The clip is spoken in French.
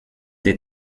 des